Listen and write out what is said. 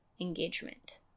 engagement